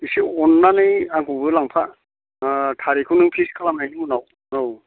इसे अननानै आंखौबो लांफा अ थारिखखौ नों फिक्स खालामनायनि उनाव औ